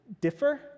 differ